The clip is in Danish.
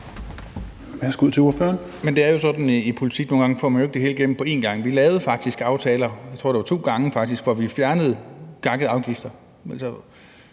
jeg tak til ordføreren.